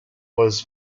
was